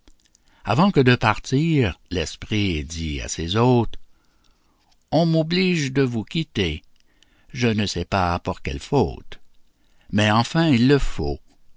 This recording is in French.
avant que de partir l'esprit dit à ses hôtes on m'oblige de vous quitter je ne sais pas pour quelles fautes mais enfin il le faut